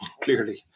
clearly